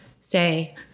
say